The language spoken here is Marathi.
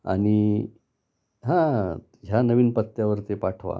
आणि हां ह्या नवीन पत्त्यावर ते पाठवा